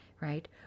right